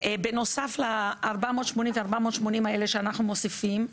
בנוסף ל-40 ו-480 האלה שאנחנו מוסיפים,